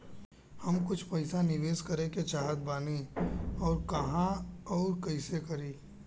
हम कुछ पइसा निवेश करे के चाहत बानी और कहाँअउर कइसे करी?